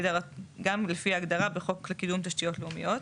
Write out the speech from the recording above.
גם לפי ההגדרה בחוק לקידום תשתיות לאומיות.